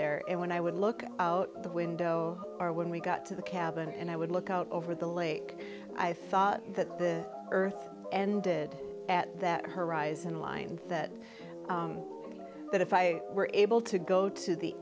there and when i would look out the window or when we got to the cabin and i would look out over the lake i thought that the earth ended at that horizon line that that if i were able to go to the